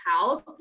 house